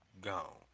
gone